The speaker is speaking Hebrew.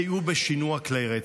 סייעו בשינוע כלי רצח.